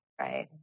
right